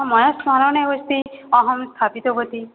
मया स्मरणे एव अस्ति अहं स्थापितवती